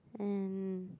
and